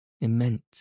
immense